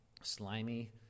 slimy